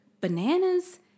bananas